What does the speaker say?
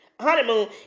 honeymoon